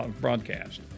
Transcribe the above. broadcast